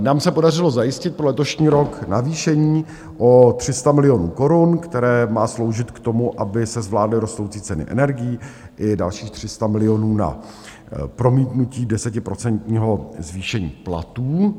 Nám se podařilo zajistit pro letošní rok navýšení o 300 milionů korun, které má sloužit k tomu, aby se zvládly rostoucí ceny energií, i dalších 300 milionů na promítnutí desetiprocentního zvýšení platů.